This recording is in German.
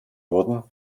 wurden